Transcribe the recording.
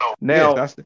now